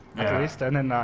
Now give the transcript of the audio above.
least. and then